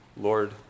Lord